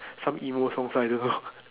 some emo songs I don't know